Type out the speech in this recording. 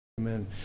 Amen